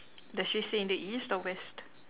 does she stay in the east or West